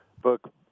book